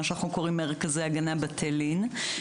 מה שאנחנו קוראים לו "מרכזי הגנה בית לין".